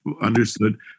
understood